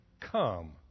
come